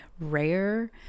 rare